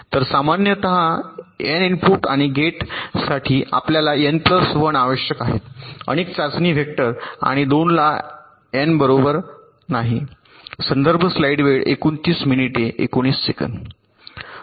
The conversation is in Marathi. तर सामान्यत एन इनपुट आणि गेटसाठी आपल्याला एन प्लस 1 आवश्यक आहे अनेक चाचणी वेक्टर आणि 2 एन बरोबर नाही